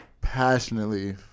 passionately